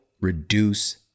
reduce